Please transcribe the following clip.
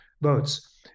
votes